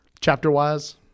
chapter-wise